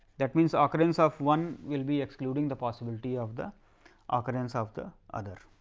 that means, occurrence of one will be excluding the possibility of the occurrence of the other.